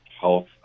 health